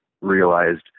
realized